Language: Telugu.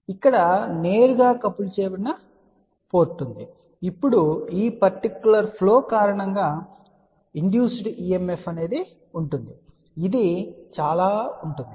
కాబట్టి ఇక్కడ నేరుగా కపుల్ చేయబడిన పోర్ట్ ఉంది ఇప్పుడు ఈ పర్టిక్యులర్ ఫ్లో కారణంగా iప్రేరిత EMF ఉంటుంది ఇది ఇలా ఉంటుంది